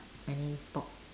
any sport